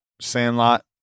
Sandlot